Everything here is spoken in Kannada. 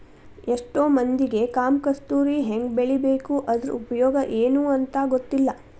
ಎಷ್ಟೋ ಮಂದಿಗೆ ಕಾಮ ಕಸ್ತೂರಿ ಹೆಂಗ ಬೆಳಿಬೇಕು ಅದ್ರ ಉಪಯೋಗ ಎನೂ ಅಂತಾ ಗೊತ್ತಿಲ್ಲ